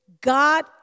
God